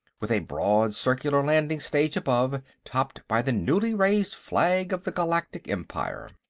with a broad circular landing stage above, topped by the newly raised flag of the galactic empire.